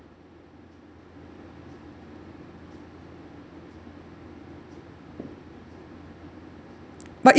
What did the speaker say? but